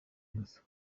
innocent